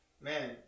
man